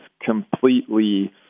completely